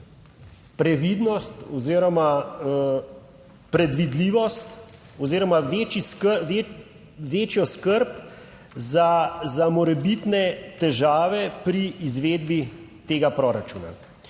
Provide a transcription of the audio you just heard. previdnost oziroma predvidljivost oziroma večjo skrb za morebitne težave pri izvedbi tega proračuna.